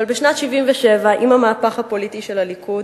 אבל בשנת 1977, עם המהפך הפוליטי של הליכוד,